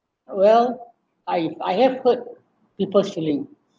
well I I have hurt people's feeling